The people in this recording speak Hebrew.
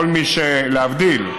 להבדיל,